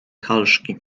halszki